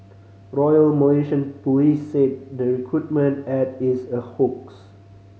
Royal Malaysian Police said the recruitment ad is a hoax